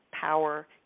power